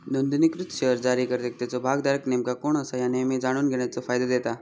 नोंदणीकृत शेअर्स जारीकर्त्याक त्याचो भागधारक नेमका कोण असा ह्या नेहमी जाणून घेण्याचो फायदा देता